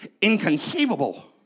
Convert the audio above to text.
inconceivable